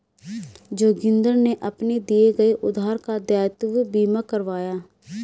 जोगिंदर ने अपने दिए गए उधार का दायित्व बीमा करवाया